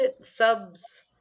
subs